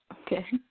Okay